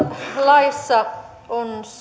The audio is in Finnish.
laissa